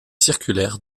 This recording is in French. circulaire